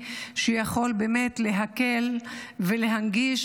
שהוא יכול באמת להקל ולהנגיש,